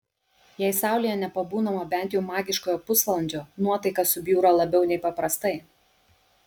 jei saulėje nepabūnama bent jau magiškojo pusvalandžio nuotaika subjūra labiau nei paprastai